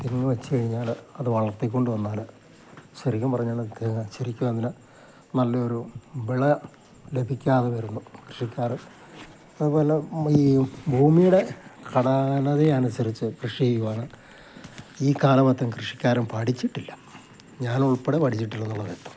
തെങ്ങ് വെച്ചു കഴിഞ്ഞാൽ അത് വളർത്തിക്കൊണ്ടു വന്നാൽ ശരിക്കും പറഞ്ഞാൽ തേങ്ങ ശരിക്കും അതിന് നല്ലൊരു വിള ലഭിക്കാതെ വരുന്നു കൃഷിക്കാർ അതുപോലെ ഈ ഭൂമിയുടെ ഘടന അനുസരിച്ച് കൃഷി ചെയ്യുകയാണ് ഈ കാലമെത്രയും കൃഷിക്കാരൻ പഠിച്ചിട്ടില്ല ഞാനുൾപ്പെടെ പഠിച്ചിട്ടില്ലെന്നുള്ള കേട്ടോ